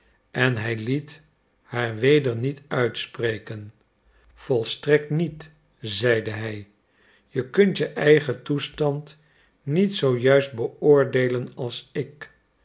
en hij liet haar weder niet uitspreken volstrekt niet zeide hij je kunt je eigen toestand niet zoo juist beoordeelen als ik